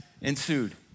ensued